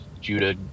Judah